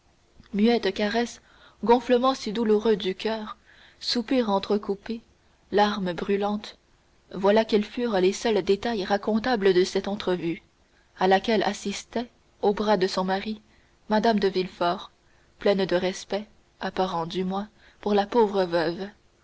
muettes caresses gonflement si douloureux du coeur soupirs entrecoupés larmes brûlantes voilà quels furent les seuls détails racontables de cette entrevue à laquelle assistait au bras de son mari mme de villefort pleine de respect apparent du moins pour la pauvre veuve